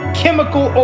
chemical